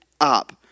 up